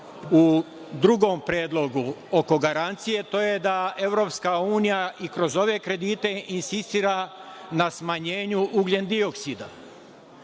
u drugom predlogu oko garancije jeste da Evropska unija kroz ove kredite insistira na smanjenju ugljen-dioksida.